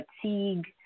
fatigue